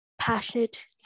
passionate